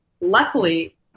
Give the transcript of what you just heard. Luckily